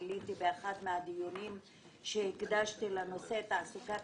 גיליתי באחד מהדיונים שהקדשתי לנושא תעסוקת